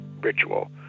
ritual